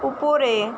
উপরে